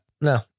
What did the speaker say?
no